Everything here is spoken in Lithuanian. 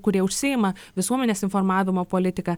kurie užsiima visuomenės informavimo politika